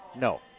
No